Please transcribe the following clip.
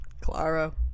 Claro